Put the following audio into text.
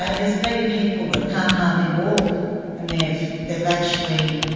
ah there's been people that can't hardly walk and they've they've actually,